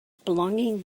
belonging